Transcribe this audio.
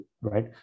Right